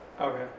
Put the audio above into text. Okay